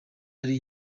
ari